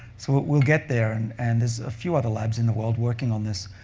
so we'll get there. and and there's a few other labs in the world working on this,